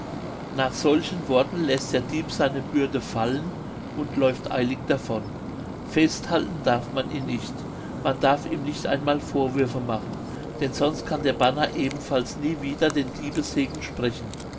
nach solchen worten läßt der dieb seine bürde fallen und läuft eilig davon festhalten darf man ihn nicht man darf ihm nicht einmal vorwürfe machen denn sonst kann der banner ebenfalls nie wieder den diebessegen sprechen